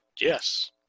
Yes